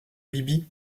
libye